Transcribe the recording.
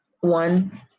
one